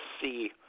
see